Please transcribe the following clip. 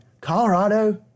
Colorado